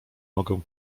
mogę